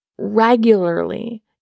regularly